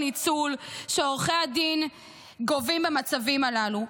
ניצול שעורכי הדין גובים במצבים הללו.